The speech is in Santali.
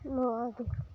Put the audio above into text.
ᱱᱚᱶᱟᱜᱮ